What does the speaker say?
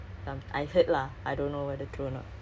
ya ya